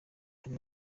hamwe